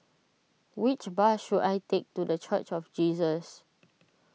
which bus should I take to the Church of Jesus